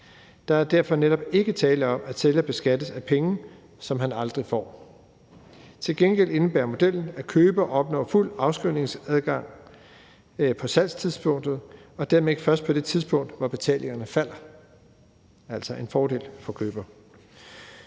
Der er derfor netop ikke tale om, at sælger beskattes af penge, som han aldrig får. Til gengæld indebærer modellen, at køber opnår fuld afskrivningsadgang på salgstidspunktet og dermed ikke først på det tidspunkt, hvor betalingerne falder. Det er altså en fordel for køber.